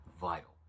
vital